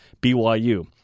BYU